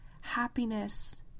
happiness